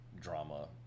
drama